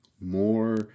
more